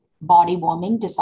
body-warming